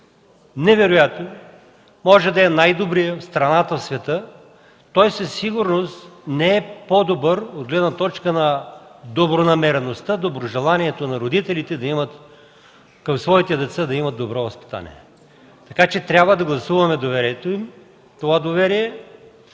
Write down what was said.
невероятен, може да е най-добрият в страната и в света, той със сигурност не е по-добър от гледна точка на добронамереността, доброжеланието на родителите децата да имат добро възпитание. Трябва да им гласуваме доверие. Това доверие